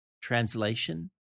Translation